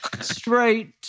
Straight